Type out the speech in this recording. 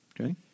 Okay